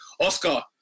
Oscar